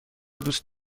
دوست